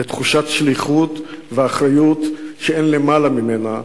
בתחושת שליחות ואחריות שאין למעלה ממנה,